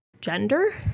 Gender